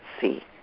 see